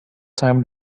time